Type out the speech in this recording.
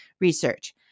research